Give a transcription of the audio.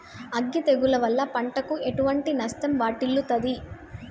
అగ్గి తెగులు వల్ల పంటకు ఎటువంటి నష్టం వాటిల్లుతది?